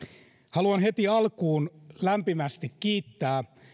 haluan heti alkuun lämpimästi kiittää